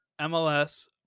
MLS